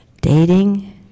dating